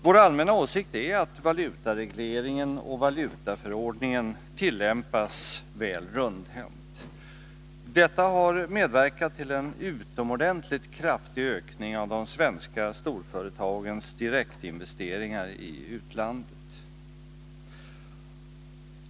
Vår allmänna åsikt är att valutaregleringen och valutaförordningen tillämpas väl rundhänt. Detta har medverkat till en utomordentligt kraftig ökning av svenska storföretags direktinvesteringar i utlandet.